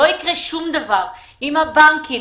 לא יקרה שום דבר עם הבנקים.